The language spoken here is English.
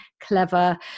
clever